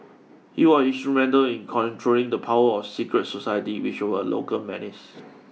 he was instrumental in controlling the power of secret societies which were a local menace